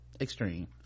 Extreme